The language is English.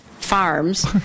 farms